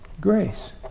grace